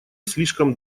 слишком